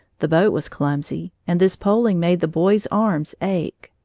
the boat was clumsy, and this poling made the boys' arms ache.